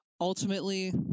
ultimately